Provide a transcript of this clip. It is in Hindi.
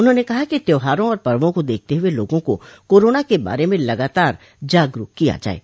उन्होंने कहा कि त्यौहारों और पर्वो को देखते हुए लोगों को कोरोना के बारे में लगातार जागरूक किया जाये